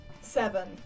seven